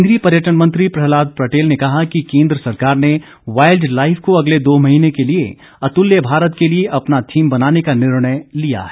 केंद्रीय पर्यटन मंत्री प्रहलाद पटेल ने कहा कि केंद्र सरकार ने वाइल्ड लाइफ को अगले दो महीने के लिए अतुल्य भारत के लिए अपना थीम बनाने का निर्णय लिया है